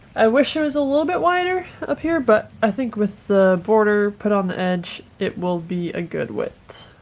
i wish there was a little bit wider up here but i think with the border put on the edge it will be a good width